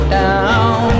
down